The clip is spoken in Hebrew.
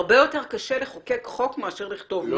הרבה יותר קשה לחוקק חוק מאשר לכתוב נוהל.